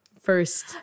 first